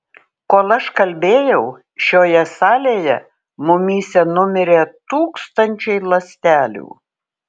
kol aš kalbėjau šioje salėje mumyse numirė tūkstančiai ląstelių